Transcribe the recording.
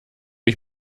ich